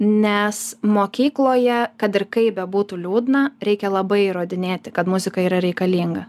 nes mokykloje kad ir kaip bebūtų liūdna reikia labai įrodinėti kad muzika yra reikalinga